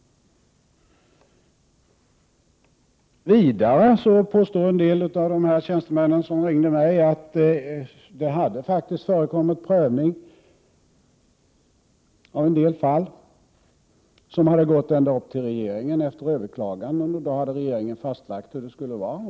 Vidare påstår en del av tjänstemännen som ringde mig att det faktiskt hade förekommit prövning av en del fall, som hade gått ända upp till regeringen efter överklaganden, och regeringen hade fastlagt hur det skulle vara.